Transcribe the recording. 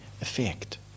effect